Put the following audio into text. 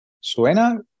Suena